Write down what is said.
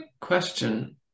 question